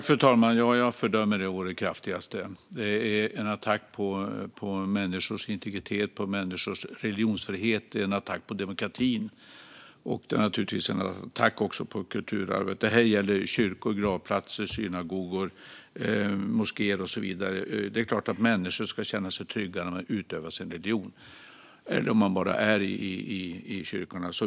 Fru talman! Ja, jag fördömer attacken å det kraftigaste. Det är en attack på människors integritet, religionsfrihet och demokratin. Det är naturligtvis också en attack på kulturarvet. Det här gäller kyrkor, gravplatser, synagogor, moskéer och så vidare. Det är klart att människor ska känna sig trygga när de utövar sin religion eller när de vistas i kyrkorna.